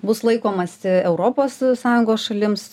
bus laikomasi europos sąjungos šalims